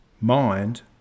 Mind